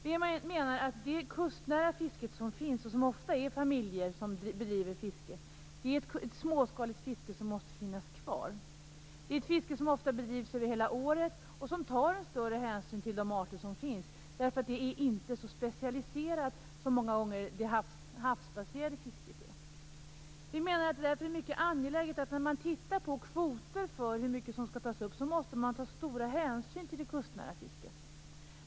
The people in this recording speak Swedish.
Vi menar att det kustnära fisket är ett småskaligt fiske, som måste få finnas kvar. Det bedrivs ofta av familjer över hela året och tar en större hänsyn till de arter som finns. Det är nämligen inte lika specialiserat som det havsbaserade fisket många gånger är. Vi menar därför att det är angeläget att ta stora hänsyn till det kustnära fisket när man fastställer kvoter för hur mycket fisk som får tas upp.